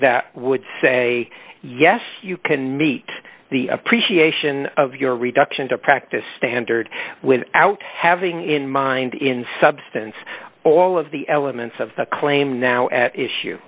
that would say yes you can meet the appreciation of your reduction to practice standard without having in mind in substance all of the elements of the claim now at issue